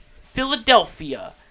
Philadelphia